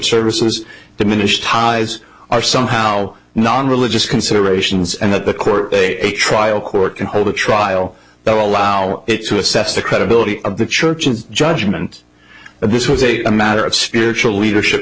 services diminished ties are somehow non religious considerations and that the court a trial court can hold a trial that will allow it to assess the credibility of the church and its judgment that this was a matter of spiritual leadership